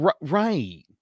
right